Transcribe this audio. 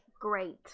Great